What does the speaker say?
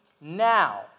now